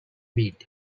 bid